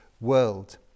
world